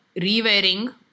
re-wearing